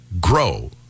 grow